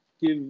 give